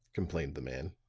complained the man.